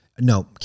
No